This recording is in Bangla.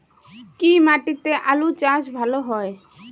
কি মাটিতে আলু চাষ ভালো হয়?